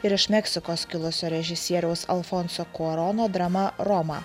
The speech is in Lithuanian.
ir iš meksikos kilusio režisieriaus alfonso kuorono drama roma